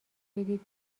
بدید